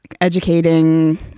educating